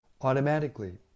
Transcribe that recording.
automatically